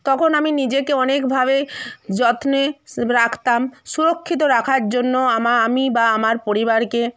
তখন আমি নিজেকে অনেকভাবে যত্নে রাখতাম সুরক্ষিত রাখার জন্য আমা আমি বা আমার পরিবারকে